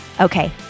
Okay